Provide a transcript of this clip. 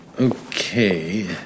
Okay